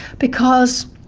because